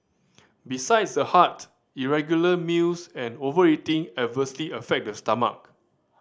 besides the heart irregular meals and overeating adversely affect the stomach